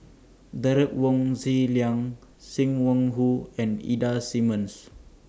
Derek Wong Zi Liang SIM Wong Hoo and Ida Simmons